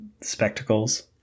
spectacles